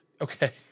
Okay